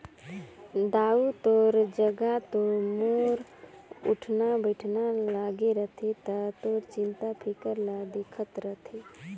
दाऊ तोर जघा तो मोर उठना बइठना लागे रथे त तोर चिंता फिकर ल देखत रथें